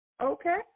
Okay